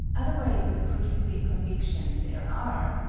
other ways of producing conviction there are,